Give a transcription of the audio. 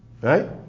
Right